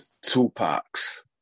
Tupac's